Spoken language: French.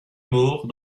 mort